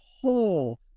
whole